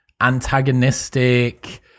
antagonistic